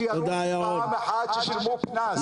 שיראו פעם אחת שהם שילמו קנס.